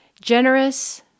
generous